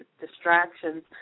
distractions